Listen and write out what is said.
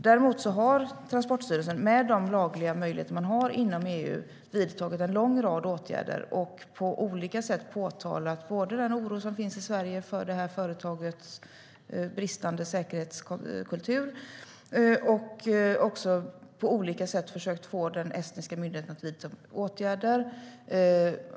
Däremot har Transportstyrelsen, med de lagliga möjligheter som finns inom EU, vidtagit en lång rad åtgärder och på olika sätt påtalat den oro som finns i Sverige för företagets bristande säkerhetskultur samt på olika sätt försökt få den estniska myndigheten att vidta åtgärder.